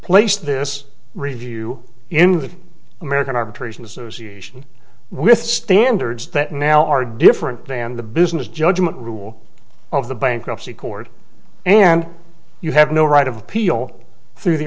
place this review in the american arbitration association with standards that now are different than the business judgment rule of the bankruptcy court and you have no right of appeal through the